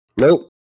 Nope